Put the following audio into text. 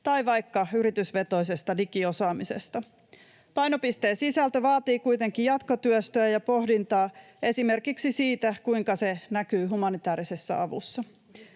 tai vaikka yritysvetoisesta digiosaamisesta. Painopisteen sisältö vaatii kuitenkin jatkotyöstöä ja ‑pohdintaa esimerkiksi siitä, kuinka se näkyy humanitäärisessä avussa.